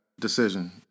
decision